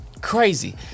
crazy